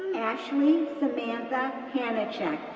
ashley samantha hanicak,